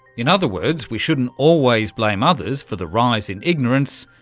in other words, we shouldn't always blame others for the rise in ignorance,